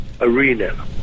arena